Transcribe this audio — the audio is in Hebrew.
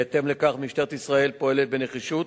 בהתאם לכך משטרת ישראל פועלת בנחישות